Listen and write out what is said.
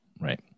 right